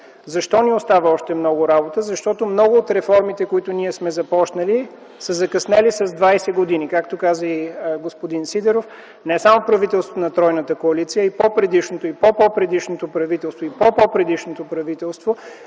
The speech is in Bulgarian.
Защо ни остава още много работа? Защото много от реформите, които ние сме започнали, са закъснели с двадесет години. Както каза и господин Сидеров не само правителството на тройната коалиция и по-предишното, и по-по-предишното, и по-по-по-предишното правителство